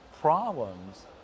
problems